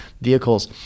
vehicles